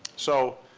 so,